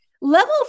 level